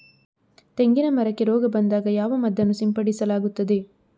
ತೆಂಗಿನ ಮರಕ್ಕೆ ರೋಗ ಬಂದಾಗ ಯಾವ ಮದ್ದನ್ನು ಸಿಂಪಡಿಸಲಾಗುತ್ತದೆ?